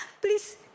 please